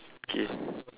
okay